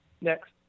Next